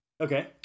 Okay